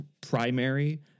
primary